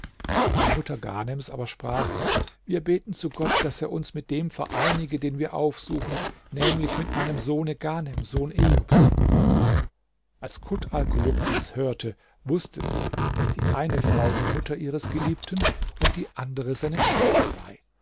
die mutter ghanems aber sprach wir beten zu gott daß er uns mit dem vereinige den wir aufsuchen nämlich mit meinem sohne ghanem sohn ejubs als kut alkulub dies hörte wußte sie daß die eine frau die mutter ihres geliebten und die andere seine schwester sei